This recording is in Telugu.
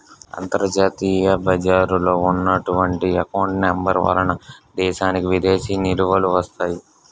అంతర్జాతీయ బజారులో ఉన్నటువంటి ఎకౌంట్ నెంబర్ వలన దేశానికి విదేశీ నిలువలు వస్తాయి